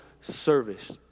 service